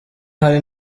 hari